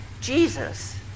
Jesus